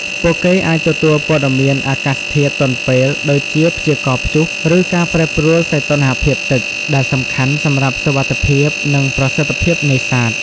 ពួកគេអាចទទួលព័ត៌មានអាកាសធាតុទាន់ពេល ដូចជាព្យាករណ៍ព្យុះ ឬការប្រែប្រួលសីតុណ្ហភាពទឹក ដែលសំខាន់សម្រាប់សុវត្ថិភាព និងប្រសិទ្ធភាពនេសាទ។